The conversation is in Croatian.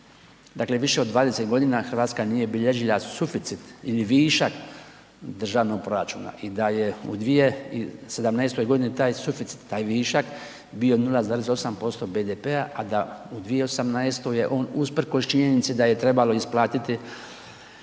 dakle više od 20 g. Hrvatska nije bilježila suficit ili višak državnog proračuna i da je u 2017. taj suficit, taj višak bio 0,8% BDP-a a da u 2018. je on usprkos činjenici da je trebalo isplatiti